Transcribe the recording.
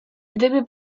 gdyby